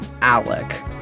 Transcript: Alec